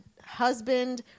husband